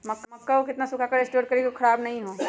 मक्का को कितना सूखा कर स्टोर करें की ओ बॉक्स में ख़राब नहीं हो?